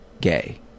gay